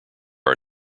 are